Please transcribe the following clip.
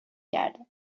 کرده